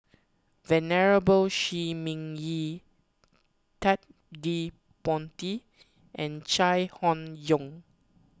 Venerable Shi Ming Yi Ted De Ponti and Chai Hon Yoong